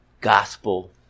gospel